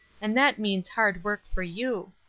and that means hard work for you.